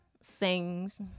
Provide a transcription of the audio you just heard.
sings